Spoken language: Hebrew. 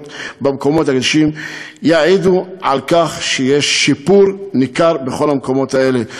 במקומות הקדושים יעידו שיש שיפור ניכר בכל המקומות האלה.